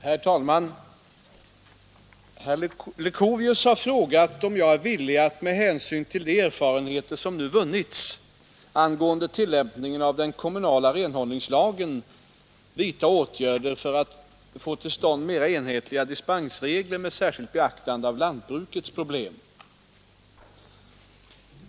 Herr talman! Herr Leuchovius har frågat om jag är villig att med hänsyn till de erfarenheter som nu vunnits angående tillämpningen av den kommunala renhållningslagen vidta åtgärder för att få till stånd mera enhetliga dispensregler med särskilt beaktande av lantbrukets problem.